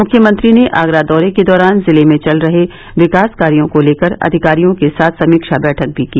मुख्यमंत्री ने आगरा दौरे के दौरान जिले में चल रहे विकास कार्यो को लेकर अधिकारियों के साथ समीक्षा बैठक भी की